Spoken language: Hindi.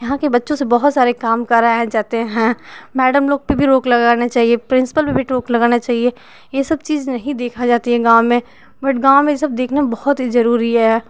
यहाँ के बच्चों से बहुत सारे काम कराए जाते हैं मैडम लोग पर भी रोक लगाने चाहिए प्रिंसपल पर भी टोक लगाना चाहिए ये सब चीज नहीं देखा जाती है गाँव में बट गाँव में ये सब देखना बहुत ही जरूरी है